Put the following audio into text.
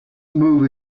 move